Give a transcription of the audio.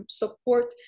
support